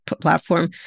platform